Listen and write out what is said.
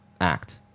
act